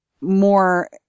more